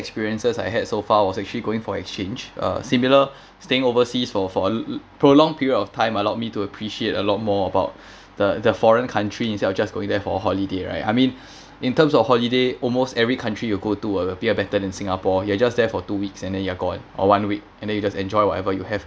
experiences I had so far was actually going for exchange err similar staying overseas for for a prolonged period of time allowed me to appreciate a lot more about the the foreign country instead of just going there for holiday right I mean in terms of holiday almost every country you go will appear better than singapore you're just there for two weeks and then you are go on or one week and then you just enjoy whatever you have